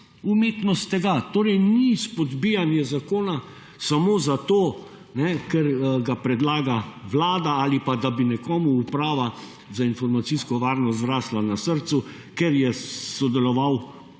umetnost tega. Torej ni spodbijanje zakona samo, zato ker ga predlaga Vlada ali pa, da bi nekomu Uprava za informacijsko varnost zrastla na srcu, ker je sodeloval